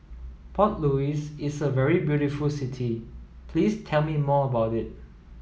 Port Louis is a very beautiful city please tell me more about it